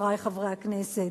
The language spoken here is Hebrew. חברי חברי הכנסת,